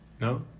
No